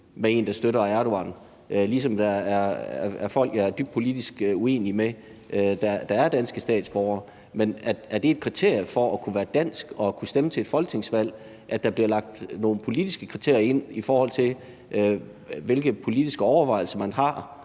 med en, der støtter Erdogan, ligesom der er folk, jeg er dybt politisk uenig med, der er danske statsborgere. Men er det et krav for at kunne være dansk og kunne stemme til et folketingsvalg, at der bliver lagt nogle politiske kriterier ind om, hvilke politiske overvejelser man har